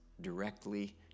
directly